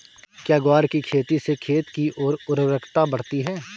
क्या ग्वार की खेती से खेत की ओर उर्वरकता बढ़ती है?